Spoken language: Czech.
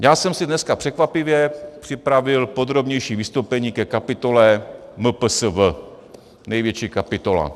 Já jsem si dneska překvapivě připravil podrobnější vystoupení ke kapitole MPSV, největší kapitola.